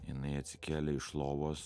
jinai atsikėlė iš lovos